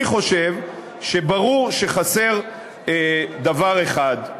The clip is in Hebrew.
אני חושב שברור שחסר דבר אחד,